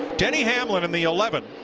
denny hamblin in the eleventh.